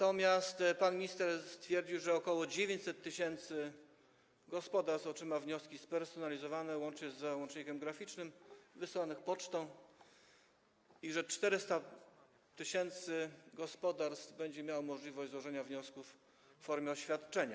Otóż pan minister stwierdził, że ok. 900 tys. gospodarstw otrzyma wnioski spersonalizowane, łącznie z załącznikiem graficznym, wysłane pocztą i że 400 tys. gospodarstw będzie miało możliwość złożenia wniosków w formie oświadczenia.